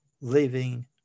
living